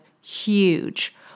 huge